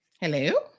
Hello